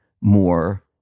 more